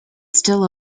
still